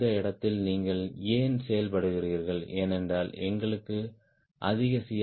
இந்த இடத்தில் நீங்கள் ஏன் செயல்படுகிறீர்கள் ஏனென்றால் எங்களுக்கு அதிக சி